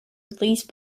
release